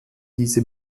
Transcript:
diese